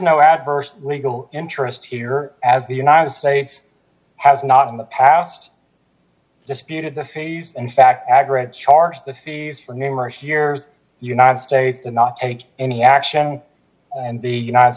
no adverse legal interest here as the united states has not in the past disputed the phase in fact agora charge the fees for numerous years united states did not take any action and the united